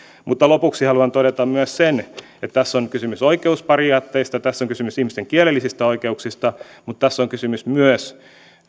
mutta lopuksi haluan todeta myös sen että tässä on kysymys oikeusperiaatteista tässä on kysymys ihmisten kielellisistä oikeuksista mutta tässä on kysymys myös